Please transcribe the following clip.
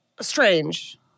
Strange